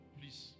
please